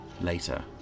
later